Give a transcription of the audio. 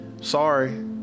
sorry